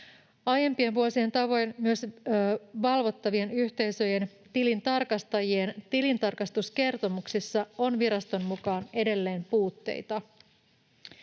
Aiempien vuosien tavoin myös valvottavien yhteisöjen tilintarkastajien tilintarkastuskertomuksissa on viraston mukaan edelleen puutteita.